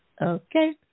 Okay